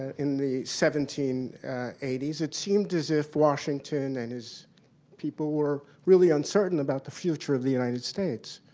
in the seventeen eighty s, it seemed as if washington and his people were really uncertain about the future of the united states.